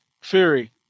Fury